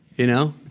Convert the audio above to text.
you know?